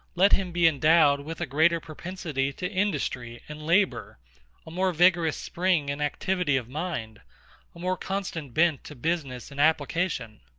let him be endowed with a greater propensity to industry and labour a more vigorous spring and activity of mind a more constant bent to business and application.